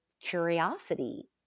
curiosity